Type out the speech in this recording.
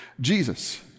Jesus